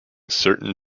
certain